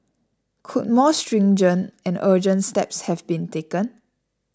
could more stringent and urgent steps have been taken